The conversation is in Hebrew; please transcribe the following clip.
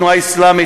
התנועה האסלאמית,